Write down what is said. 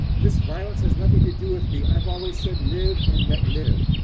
this violence has nothing to do with me. i've always said live and let live.